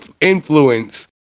influence